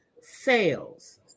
sales